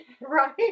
right